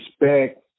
respect